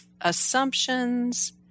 Assumptions